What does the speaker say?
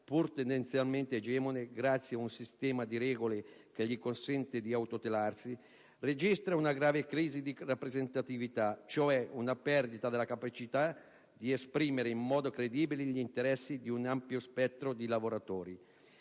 pur tendenzialmente egemone grazie ad un sistema di regole che gli consente di autotutelarsi, registra una grave crisi di rappresentatività, cioè una perdita della capacità di esprimere in modo credibile gli interessi di un ampio spettro di lavoratori.